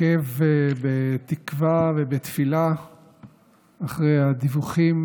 עוקב בתקווה ובתפילה אחרי הדיווחים